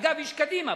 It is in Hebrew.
אגב, איש קדימה.